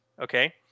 Okay